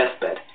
deathbed